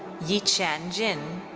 yee chan jin.